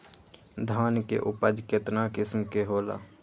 धान के उपज केतना किस्म के होला?